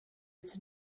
its